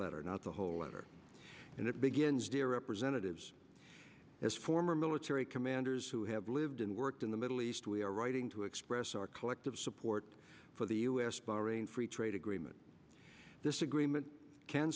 letter not the whole letter and it begins presented as former military commanders who have lived and worked in the middle east we are writing to express our collective support for the u s bahrain free trade agreement this agreement can